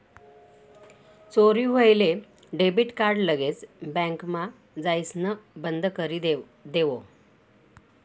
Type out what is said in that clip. चोरी व्हयेल debit card लगेच बँकमा जाइसण बंदकरी देवो